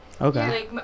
Okay